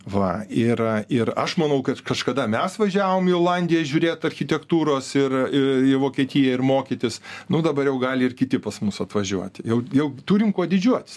va ir ir aš manau kad kažkada mes važiavom į olandiją žiūrėt architektūros ir į į vokietiją ir mokytis nu dabar jau gali ir kiti pas mus atvažiuoti jau turim kuo didžiuotis